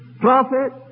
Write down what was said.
prophet